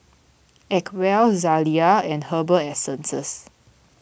Acwell Zalia and Herbal Essences